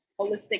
holistic